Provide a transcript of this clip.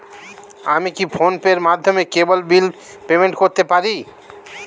আমি কি ফোন পের মাধ্যমে কেবল বিল পেমেন্ট করতে পারি?